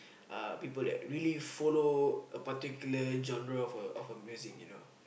uh people that really follow a particular genre for of a music you know